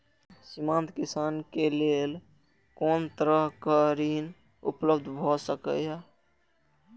सीमांत किसान के लेल कोन तरहक ऋण उपलब्ध भ सकेया?